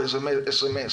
או איזה מייל או אס.אמ.אס,